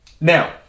Now